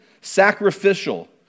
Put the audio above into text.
sacrificial